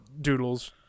doodles